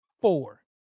four